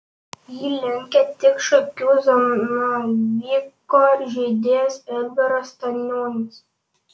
jį lenkia tik šakių zanavyko žaidėjas edgaras stanionis